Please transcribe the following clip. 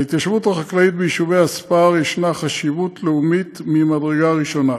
להתיישבות החקלאית ביישובי הספר יש חשיבות לאומית ממדרגה ראשונה.